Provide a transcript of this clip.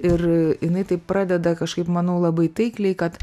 ir jinai taip pradeda kažkaip manau labai taikliai kad